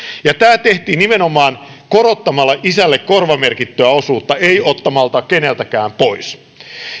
tämä tehtiin nimenomaan korottamalla isälle korvamerkittyä osuutta ei ottamalla keneltäkään pois